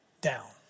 down